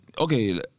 okay